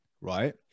right